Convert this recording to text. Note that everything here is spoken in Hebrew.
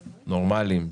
נורמליים,